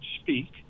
speak